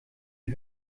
den